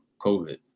COVID